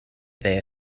there